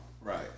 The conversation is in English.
right